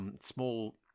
small